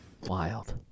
wild